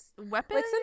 Weapons